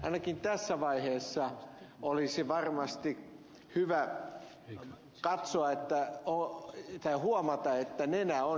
ainakin tässä vaiheessa olisi varmasti hyvä huomata että nenä on hiukan kipeä